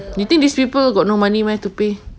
you think these people got no money meh to pay